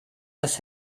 das